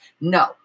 No